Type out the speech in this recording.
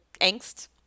angst